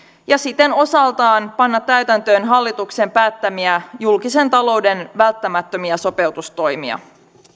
ja siten osaltaan panna täytäntöön hallituksen päättämiä julkisen talouden välttämättömiä sopeutustoimia